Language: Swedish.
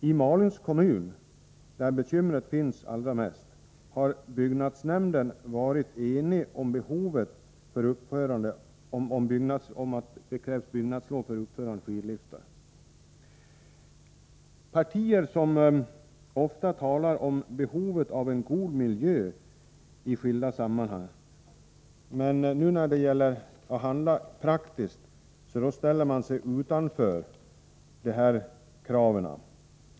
I Malungs kommun, där detta bekymmer är allra störst, har byggnadsnämnden varit enig om att det krävs byggnadslov för uppförande av skidliftar. Partier som ofta talar om behovet av en god miljö i skilda sammanhang ställer sig nu när det gäller att handla praktiskt utanför detta krav.